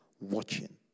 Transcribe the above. watching